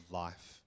life